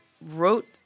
wrote